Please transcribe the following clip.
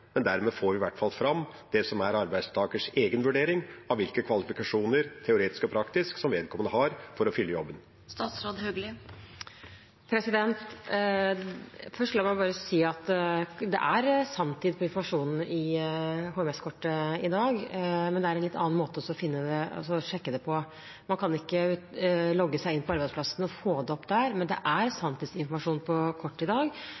fram det som er arbeidstakers egen vurdering av hvilke teoretiske/praktiske kvalifikasjoner som vedkommende har for å fylle jobben. La meg først bare si at det er sanntidsinformasjon i HMS-kortet i dag, men det er en litt annen måte å sjekke det på. Man kan ikke logge seg inn på arbeidsplassen og få det opp der. Men det er sanntidsinformasjon på kortet i dag.